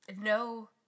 no